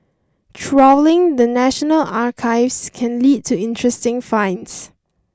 trawling the National Archives can lead to interesting finds